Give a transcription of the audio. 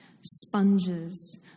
sponges